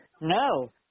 No